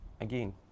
again